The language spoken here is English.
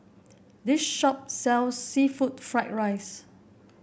this shop sells seafood Fried Rice